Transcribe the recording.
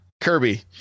Kirby